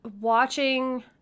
watching